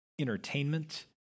entertainment